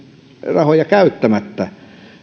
rahoja käyttämättä